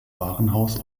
warenhaus